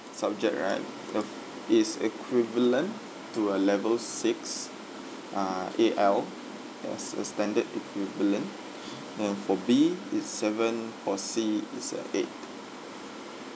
subject right of it's equivalent to A level six ah A_L that's the standard equivalent and for B it's seven for C it's at eight